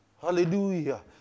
Hallelujah